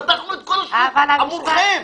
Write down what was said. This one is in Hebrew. פתחנו את כל השוק עבורכם.